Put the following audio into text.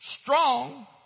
Strong